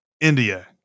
India